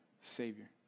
Savior